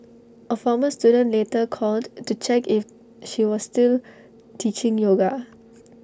A former student later called to check if she was still teaching yoga